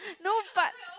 no but